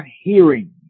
hearing